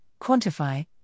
quantify